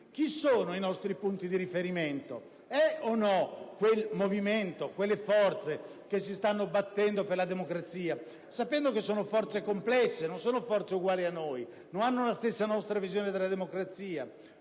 quali sono i nostri punti di riferimento? Sono o no quelle forze che si stanno battendo per la democrazia, sapendo che sono forze complesse, che non sono uguali a noi, non hanno la nostra stessa visione della democrazia?